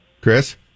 Chris